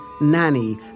nanny